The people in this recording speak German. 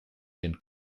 den